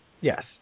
Yes